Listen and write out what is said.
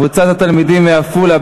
קבוצת התלמידים מעפולה,